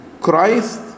Christ